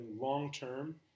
long-term